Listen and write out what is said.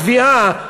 התביעה,